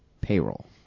Payroll